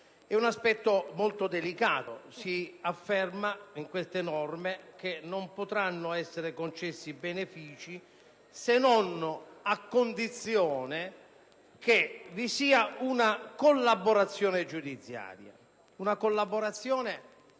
È un aspetto molto delicato: in queste norme si afferma che non potranno essere concessi benefici se non a condizione che vi sia una collaborazione giudiziaria, collaborazione che richiama